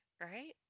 right